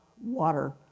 water